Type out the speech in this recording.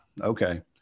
okay